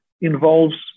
involves